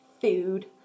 food